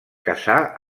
casà